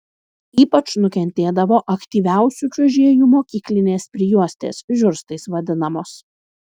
ypač nukentėdavo aktyviausių čiuožėjų mokyklinės prijuostės žiurstais vadinamos